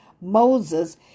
Moses